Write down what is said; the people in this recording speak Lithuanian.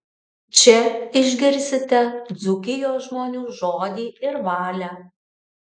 čia išgirsite dzūkijos žmonių žodį ir valią